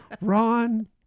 Ron